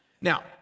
Now